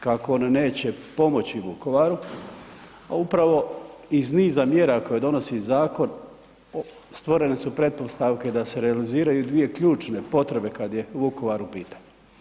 Kako on neće pomoći Vukovaru, a upravo iz niza mjera koje donosi zakon, stvorene su pretpostavke da se realiziraju dvije ključne potrebe kad je Vukovaru u pitanju.